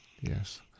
yes